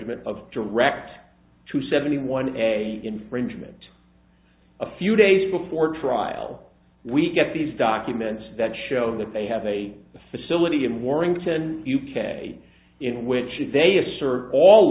judgment of direct to seventy one a infringement a few days before trial we get these documents that show that they have a facility in warrington u k in which they a